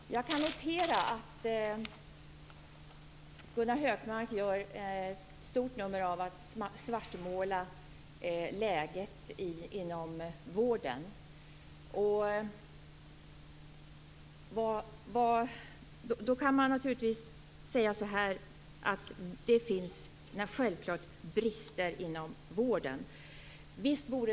Fru talman! Jag kan notera att Gunnar Hökmark gör ett stort nummer av att svartmåla läget inom vården. Det finns självfallet brister inom vården.